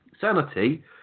Sanity